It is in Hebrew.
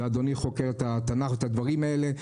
ואדוני חוקר את התנ"ך ואת הדברים האלה,